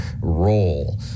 role